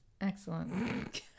Excellent